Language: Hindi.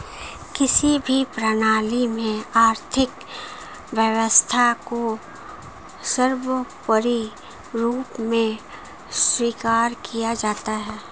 किसी भी प्रणाली में आर्थिक व्यवस्था को सर्वोपरी रूप में स्वीकार किया जाता है